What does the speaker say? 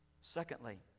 Secondly